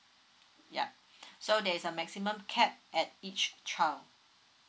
yup so there's a maximum cap at each child